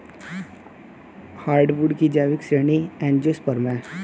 hardwood की जैविक श्रेणी एंजियोस्पर्म है